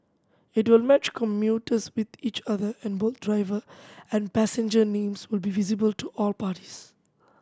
it will match commuters with each other and both driver and passenger names will be visible to all parties